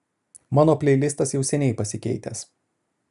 mano pleilistas jau seniai pasikeitęs